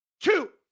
two